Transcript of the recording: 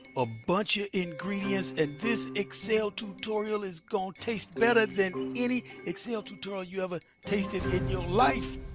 a bunch of ingredients. and this excel tutorial is gonna taste better than any excel tutorial you ever tasted in your life.